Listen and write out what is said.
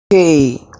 Okay